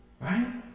Right